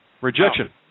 Rejection